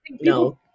No